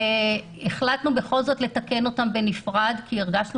החלטנו בכל זאת לתקן אותן בנפרד כי הרגשנו